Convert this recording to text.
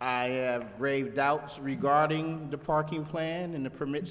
i have grave doubts regarding the parking plan and the permit